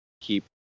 keep